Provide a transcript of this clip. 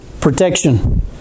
protection